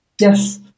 Yes